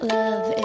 love